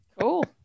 Cool